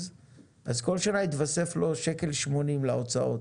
אז כל שנה יתווסף לו 1.80 ₪ להוצאות.